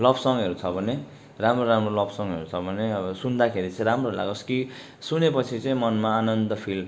love सङ्गहरू छ भने राम्रो राम्रो लभ सङ्गहरू छ भने अब सुन्दाखेरि चाहिँ राम्रो लागोस् कि सुनेपछि चाहिँ मनमा आनन्द फिल